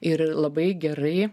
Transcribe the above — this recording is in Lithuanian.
ir labai gerai